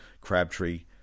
Crabtree